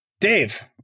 Dave